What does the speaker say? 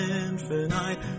infinite